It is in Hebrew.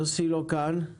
יוסי לא כאן.